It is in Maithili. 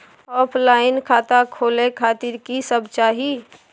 ऑफलाइन खाता खोले खातिर की सब चाही?